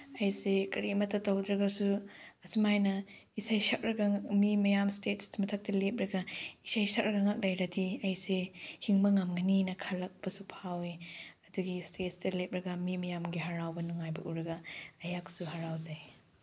ꯑꯩꯁꯦ ꯀꯔꯤꯃꯇ ꯇꯧꯗ꯭ꯔꯒꯁꯨ ꯑꯁꯨꯃꯥꯏꯅ ꯏꯁꯩ ꯁꯛꯂꯒ ꯃꯤ ꯃꯌꯥꯝ ꯏꯁꯇꯦꯖ ꯃꯊꯛꯇ ꯂꯩꯞꯂꯒ ꯏꯁꯩ ꯁꯛꯂꯒꯉꯛ ꯂꯩꯔꯗꯤ ꯑꯩꯁꯦ ꯍꯤꯡꯕ ꯉꯝꯒꯅꯤꯅ ꯈꯜꯂꯛꯄꯁꯨ ꯐꯥꯎꯏ ꯑꯗꯨꯒꯤ ꯏꯁꯇꯦꯖꯇ ꯂꯦꯞꯂꯒ ꯃꯤ ꯃꯌꯥꯝꯒꯤ ꯍꯔꯥꯎꯕ ꯅꯨꯡꯉꯥꯏꯕ ꯎꯔꯒ ꯑꯩꯍꯥꯛꯁꯨ ꯍꯔꯥꯎꯖꯩ